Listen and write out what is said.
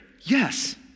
Yes